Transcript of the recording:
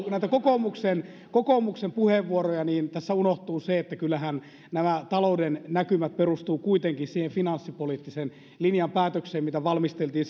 näitä kokoomuksen kokoomuksen puheenvuoroja niin tässä unohtuu se että kyllähän nämä talouden näkymät perustuvat kuitenkin siihen finanssipoliittisen linjan päätökseen mitä valmisteltiin